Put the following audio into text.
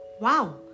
Wow